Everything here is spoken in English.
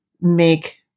make